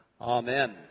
Amen